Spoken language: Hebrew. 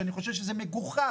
שאני חושב שהוא דבר מגוחך,